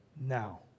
now